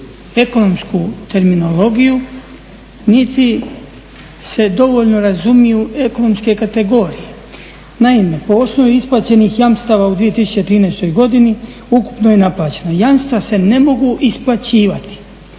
ekonomsku terminologiju niti se dovoljno razumiju ekonomske kategorije. Naime, po osnovi isplaćenih jamstava u 2013.godini ukupno je naplaćeno, jamstva se ne mogu isplaćivati.